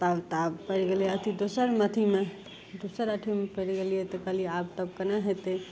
तब तऽ आब पड़ि गेलै अथी दोसर अथीमे दूसर अथीमे पड़ि गेलियै तऽ कहलियै आब तब केना हेतय